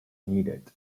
needed